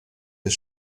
des